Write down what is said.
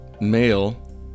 male